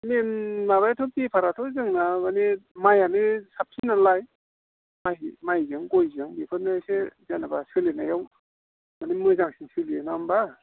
मेइन माबायाथ' बेफाराथ' जोंहा माने माइआनो साबसिन नालाय माइजों गयजों बेखौनो एसे जेन'बा सोलिनायाव माने मोजांसिन सोलियो नङा होमब्ला